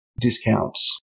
discounts